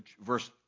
verse